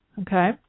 Okay